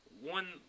one